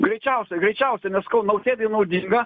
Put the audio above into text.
greičiausiai greičiausiai nes sakau nausėdai naudinga